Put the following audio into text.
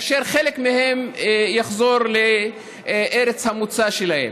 וחלק מהם יחזרו לארץ המוצא שלהם.